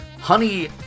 Honey